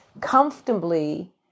comfortably